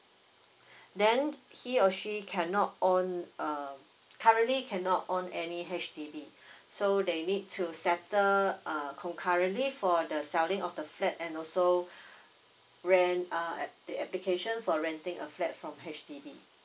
then he or she cannot own err currently cannot own any H_D_B so they need to settle err concurrently for the selling of the flat and also rent err ap~ the application for renting a flat from H_D_B